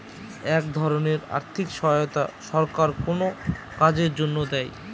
এক ধরনের আর্থিক সহায়তা সরকার কোনো কাজের জন্য দেয়